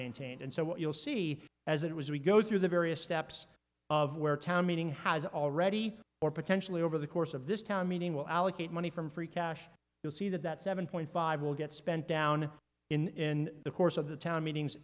maintained and so what you'll see as it was we go through the various steps of where town meeting has already or potentially over the course of this town meeting will allocate money from free cash you'll see that that seven point five will get spent down in the course of the town meetings